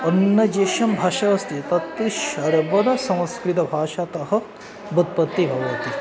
अन्यासां भाषानाम् अस्ति तत् सर्वदा संस्कृदभाषातः उत्पत्तिः भवति